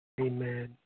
Amen